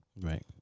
Right